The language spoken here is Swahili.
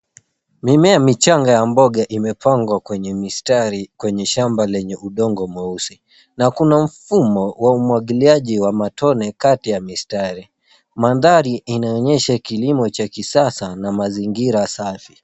Mimea michanga ya mboga imepangwa kwenye mistari kwenye shamba lenye udongo mweusi, na kuna mfumo umwagiliaji wa matone kati ya mistari. Mandahri inaonyesha kilimo cha kisasa na mazingira safi.